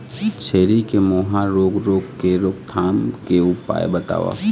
छेरी के मुहा रोग रोग के रोकथाम के उपाय बताव?